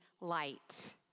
light